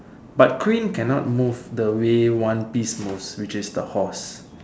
but queen cannot move the way one piece move which is the horse